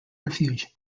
refuge